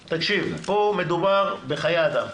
תקשיב, פה מדובר בחיי אדם.